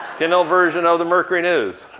kindle version of the mercury news?